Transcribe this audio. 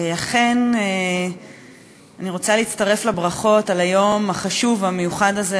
אני רוצה להצטרף לברכות על היום החשוב והמיוחד הזה,